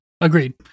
Agreed